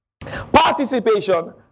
Participation